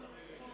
אדוני השר,